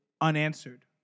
unanswered